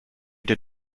did